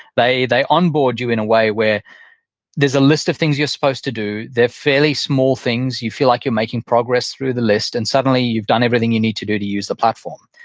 they they onboard you in a way where there's a list of things you're supposed to do. they're fairly small things. you feel like you're making progress through the list, and suddenly you've done everything you need to do to use the platform.